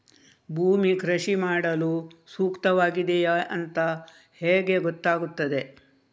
ಭೂಮಿ ಕೃಷಿ ಮಾಡಲು ಸೂಕ್ತವಾಗಿದೆಯಾ ಅಂತ ಹೇಗೆ ಗೊತ್ತಾಗುತ್ತದೆ?